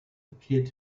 appeared